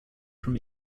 from